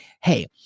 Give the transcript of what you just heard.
Hey